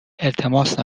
التماس